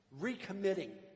recommitting